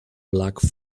black